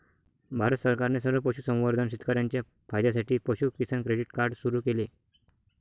भारत सरकारने सर्व पशुसंवर्धन शेतकर्यांच्या फायद्यासाठी पशु किसान क्रेडिट कार्ड सुरू केले